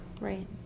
right